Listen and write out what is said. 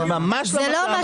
זה ממש לא מה